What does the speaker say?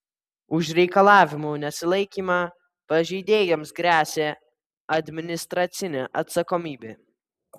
už reikalavimų nesilaikymą pažeidėjams gresia administracinė atsakomybė